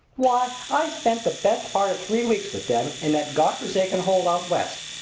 why, i spent the best part of three weeks with them in that godforsaken hole out west,